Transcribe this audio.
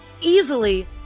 easily